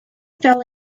fell